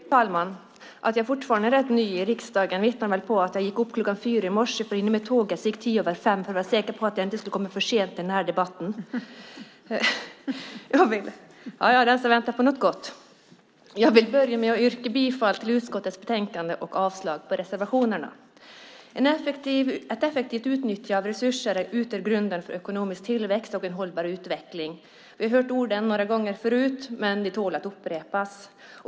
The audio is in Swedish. Fru talman! Att jag för att vara säker på att inte komma för sent till denna debatt gick upp kl. 4 i morse för att hinna med tåget som gick kl. 5.10 vittnar väl om att jag fortfarande är rätt ny i riksdagen. Men den som väntar på något gott! Jag vill börja med att yrka bifall till utskottets förslag i betänkandet och avslag på reservationerna. Ett effektivt utnyttjande av resurser utgör grunden för ekonomisk tillväxt och en hållbar utveckling. Vi har hört orden några gånger förut, men de tål att upprepas.